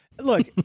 Look